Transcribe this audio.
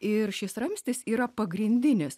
ir šis ramstis yra pagrindinės